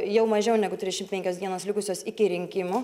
jau mažiau negu trisdešimt penkios dienos likusios iki rinkimų